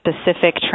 specific